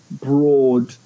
broad